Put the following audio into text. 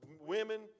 women